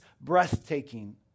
breathtaking